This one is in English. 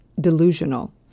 delusional